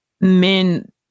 men